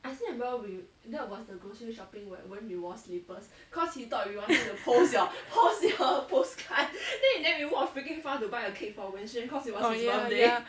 oh ya ya